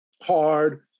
hard